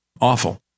awful